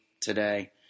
today